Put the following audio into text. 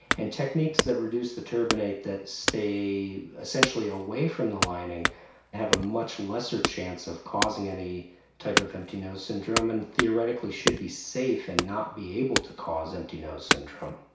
and techniques that reduce the turbinate that stay essentially away from the lining have a much lesser chance of causing any type of empty nose syndrome and theoretically should be safe and not be able to cause empty nose syndrome.